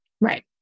Right